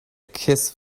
kiss